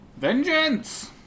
vengeance